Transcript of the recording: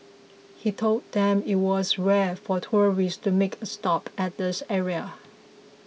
he told them it was rare for tourists to make a stop at this area